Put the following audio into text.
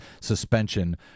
suspension